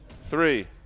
three